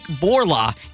Borla